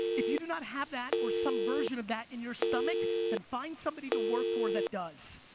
if you do not have that, or some version of that in your stomach, then find somebody to work for that does.